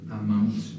amount